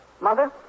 Mother